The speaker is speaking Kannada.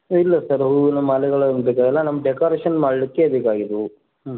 ಇಲ್ಲ ಸರ್ ಹೂವಿನ ಮಾಲೆಗಳು ಏನು ಬೇಕಾಗಿಲ್ಲ ನಮಗೆ ಡೆಕೊರೇಷನ್ ಮಾಡಲಿಕ್ಕೆ ಬೇಕಾಗಿದ್ದವು ಹ್ಞೂ